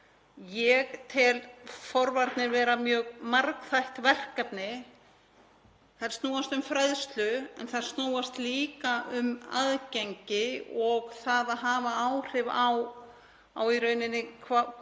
Ég tel forvarnir vera mjög margþætt verkefni. Þær snúast um fræðslu en þær snúast líka um aðgengi og það að hafa áhrif á hvaða